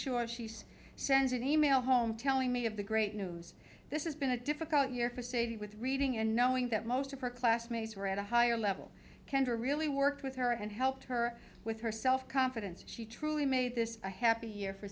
sure she's sends an email home telling me of the great news this is been a difficult year with reading and knowing that most of her classmates were at a higher level kendra really worked with her and helped her with her self confidence she truly made this a happy year for